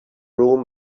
room